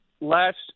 last